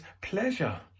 pleasure